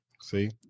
See